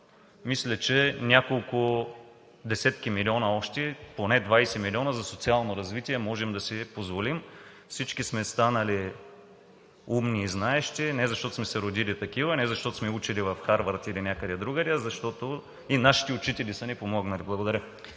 Мисля, че още няколко десетки милиона – поне 20 милиона, за социално развитие можем да си позволим. Всички сме станали умни и знаещи не защото сме се родили такива, не защото сме учили в Харвард или някъде другаде, а защото и нашите учители са ни помогнали. Благодаря.